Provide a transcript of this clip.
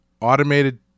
automated